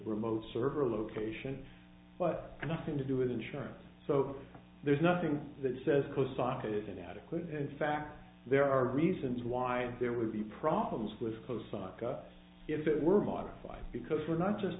remote server location but nothing to do with insurance so there's nothing that says close socket is inadequate and in fact there are reasons why there would be problems with sco sun if it were modified because we're not just